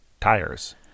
tires